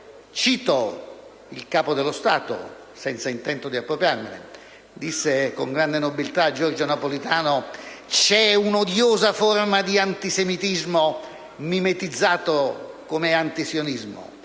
Cito il Capo dello Stato, senza intento di appropriarmene, ricordando che, con grande nobiltà, Giorgio Napolitano disse: «C'è un'odiosa forma di antisemitismo mimetizzato come antisionismo